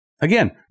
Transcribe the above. Again